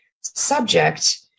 subject